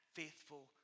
faithful